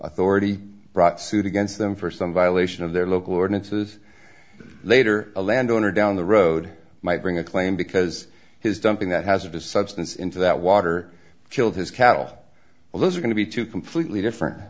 authority brought suit against them for some violation of their local ordinances later a landowner down the road might bring a claim because his dumping that hazardous substance into that water chilled his cattle well those are going to be two completely different